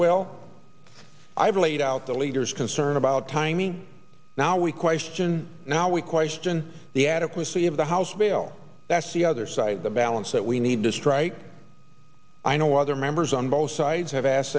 will i've laid out the leader's concern about timing now we question now we question the adequacy of the house bill that's the other side the balance that we need to strike i know other members on both sides have asked